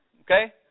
Okay